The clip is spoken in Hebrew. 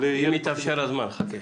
לילד --- אם יתאפשר הזמן, חכה.